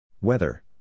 Weather